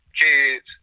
kids